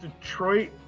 Detroit